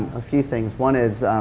a few things, one is